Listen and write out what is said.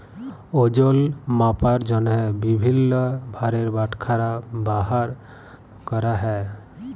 ওজল মাপার জ্যনহে বিভিল্ল্য ভারের বাটখারা ব্যাভার ক্যরা হ্যয়